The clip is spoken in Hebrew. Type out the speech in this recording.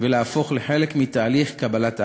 ולהפוך לחלק מתהליך קבלת ההחלטות.